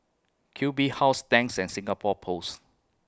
Q B House Tangs and Singapore Post